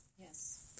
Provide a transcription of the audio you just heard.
Yes